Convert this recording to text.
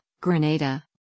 Grenada